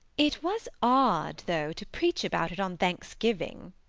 it was odd, though, to preach about it on thanksgiving,